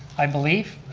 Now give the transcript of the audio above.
i believe.